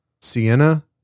Sienna